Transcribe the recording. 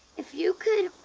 if you could